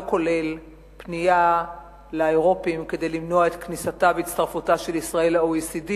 לא כולל פנייה לאירופים כדי למנוע את כניסתה והצטרפותה של ישראל ל-OECD,